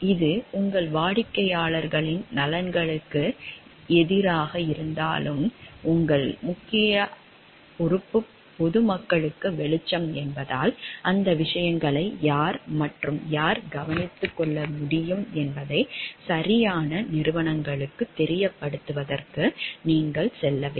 இது உங்கள் வாடிக்கையாளர்களின் நலன்களுக்கு எதிராக இருந்தாலும் உங்கள் முக்கிய பொறுப்பு பொதுமக்களுக்கு வெளிச்சம் என்பதால் அந்த விஷயங்களை யார் மற்றும் யார் கவனித்துக் கொள்ள முடியும் என்பதை சரியான நிறுவனங்களுக்கு தெரியப்படுத்துவதற்கு நீங்கள் செல்ல வேண்டும்